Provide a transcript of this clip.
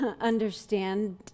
understand